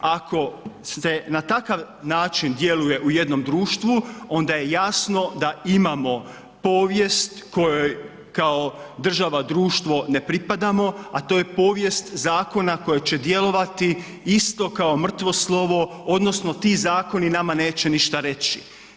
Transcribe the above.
Ako se na takav način djeluje u jednom društvu onda je jasno da imamo povijest kojoj kao država, društvo ne pripadamo, a to je povijest zakona koji će djelovati isto kao mrtvo slovo odnosno ti zakoni nama neće ništa reći.